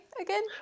again